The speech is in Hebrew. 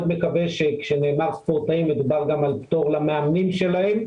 מקווה שכשנאמר ספורטאים מדובר גם על פטור למאמנים שלהם,